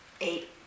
eight